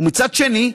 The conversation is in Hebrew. ומצד שני,